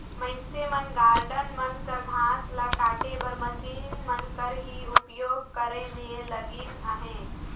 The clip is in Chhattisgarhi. मइनसे मन गारडन मन कर घांस ल काटे बर मसीन मन कर ही उपियोग करे में लगिल अहें